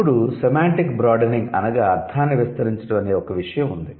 ఇప్పుడు semantic broadening అనగా 'అర్ధాన్ని విస్తరిoచడం' అనే ఒక విషయం ఉంది